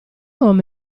uomo